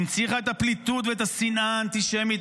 היא הנציחה את הפליטות ואת השנאה האנטישמית